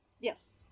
Yes